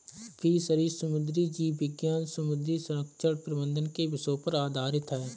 fisheries समुद्री जीव विज्ञान समुद्री संरक्षण प्रबंधन के विषयों पर आधारित है